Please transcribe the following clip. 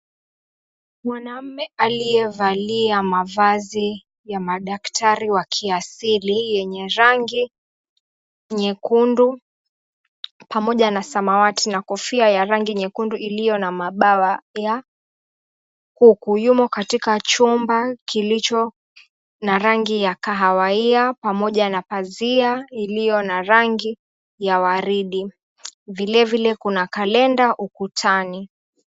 Mwanaume aliyevalia mavazi ya madaktari wa kiasili yenye rangi nyekundu pamoja na samawati na kofia ya rangi nyekundu iliyo na mabawa ya kuku yumo katika chumba kilicho na rangi ya kahawia pamoja na pazia iliyo na rangi ya waridi vilevile, kuna kalenda ukutani.